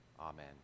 Amen